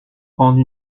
prendre